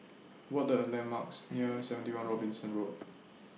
What Are The landmarks near seventy one Robinson Road